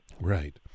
Right